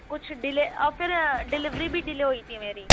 کچھ ڈلے اور پھر ڈیلیوری بھی ڈلے ہوئی تھی میری